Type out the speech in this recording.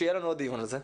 שיהיה לנו עוד דיון על זה,